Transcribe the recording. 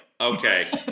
okay